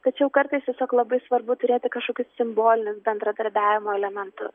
tačiau kartais tiesiog labai svarbu turėti kažkokius simbolinius bendradarbiavimo elementus